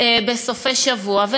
בסופי שבוע.